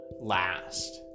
last